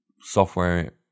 software